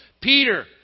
Peter